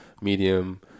medium